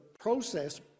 process